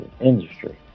industry